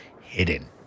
hidden